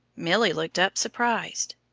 milly looked up surprised.